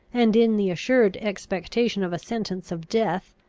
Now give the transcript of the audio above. and in the assured expectation of a sentence of death,